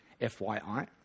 FYI